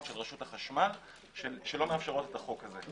רשות החשמל שלא מאפשרות את החוק הזה.